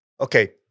Okay